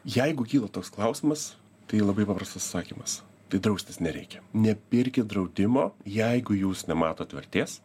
jeigu kyla toks klausimas tai labai paprastas atsakymas tai draustis nereikia nepirkit draudimo jeigu jūs nematot vertės